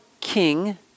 king